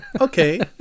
Okay